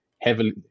heavily